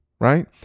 right